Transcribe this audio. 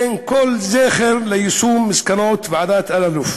אין כל זכר ליישום מסקנות ועדת אלאלוף